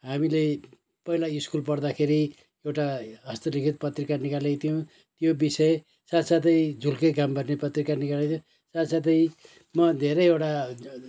हामीले पहिला स्कुल पढ्दाखेरि एउटा हस्तलिखित पत्रिका निकालेको थियौँ त्यो बिषय साथ साथै झुल्के घाम भन्ने पत्रिका निकालेका थियौँ साथसाथै म धेरैवटा